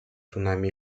цунами